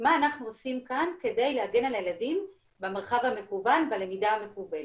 מה אנחנו עושים כאן כדי להגן על הילדים במרחב המקוון בלמידה המקוונת.